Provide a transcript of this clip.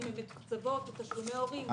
אם הן מתוקצבות מתשלומי הורים.